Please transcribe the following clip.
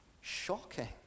shocking